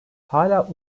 hala